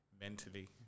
mentally